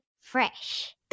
fresh